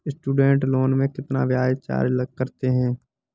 Student loan में कितना ब्याज चार्ज करते हैं?